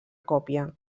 còpia